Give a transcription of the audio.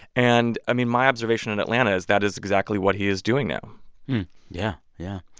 and, i mean, my observation in atlanta is that is exactly what he is doing now yeah, yeah.